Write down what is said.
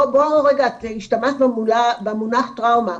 את השתמשת במונח טראומה.